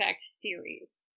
series